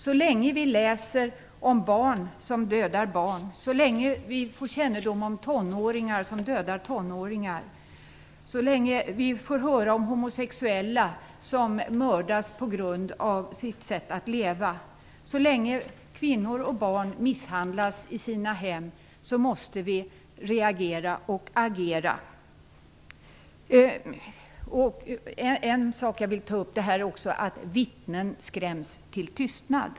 Så länge vi läser om barn som dödar barn, så länge vi får kännedom om tonåringar som dödar tonåringar, så länge vi får höra att homosexuella mördas på grund av deras sätt att leva, så länge kvinnor och barn misshandlas i hemmet måste vi reagera och agera. En sak som jag vill ta upp är att vittnen skräms till tystnad.